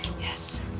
Yes